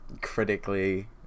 critically